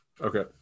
Okay